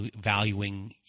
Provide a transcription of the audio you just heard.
valuing